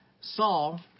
Saul